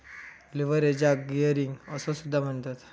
लीव्हरेजाक गियरिंग असो सुद्धा म्हणतत